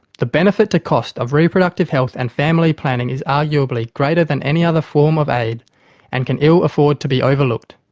the benefit to cost of reproductive health and family planning is arguably greater than any other form of aid and can ill afford to be overlooked.